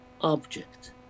object